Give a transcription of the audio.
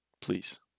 please